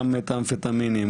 גם אמפטמינים,